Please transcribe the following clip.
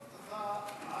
הבטחה.